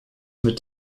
mit